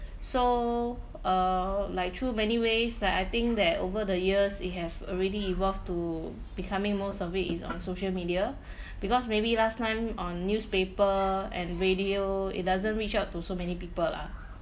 so err like through many ways like I think that over the years it have already evolved to becoming most of it is on social media because maybe last time on newspaper and radio it doesn't reach out to so many people lah